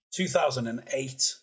2008